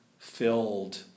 filled